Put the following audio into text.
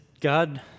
God